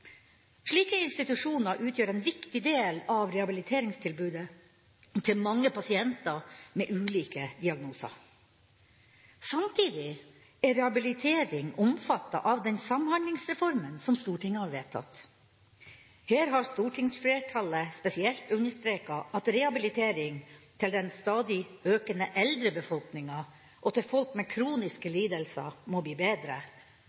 viktig del av rehabiliteringstilbudet til mange pasienter med ulike diagnoser. Samtidig er rehabilitering omfattet av den samhandlingsreformen som Stortinget har vedtatt. Her har stortingsflertallet spesielt understreket at rehabilitering til den stadig økende eldre befolkninga og til folk med kroniske lidelser må bli bedre,